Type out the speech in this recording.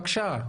בקשה,